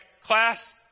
class